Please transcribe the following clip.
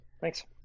Thanks